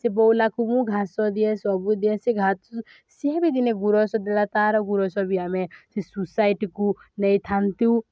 ସେ ବଉଲାକୁ ମୁଁ ଘାସ ଦିଏ ସବୁ ଦିଏ ସେ ଘାସ ସେ ବି ଦିନେ ଗୁୁରସ ଦେଲା ତା'ର ଗୁୁରସ ବି ଆମେ ସେ ସୋସାଇଟିକୁ ନେଇଥାନ୍ତୁ